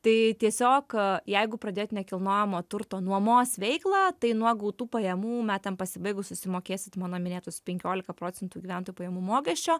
tai tiesiog jeigu pradėjot nekilnojamo turto nuomos veiklą tai nuo gautų pajamų metam pasibaigus susimokėsit mano minėtus penkiolika procentų gyventojų pajamų mokesčio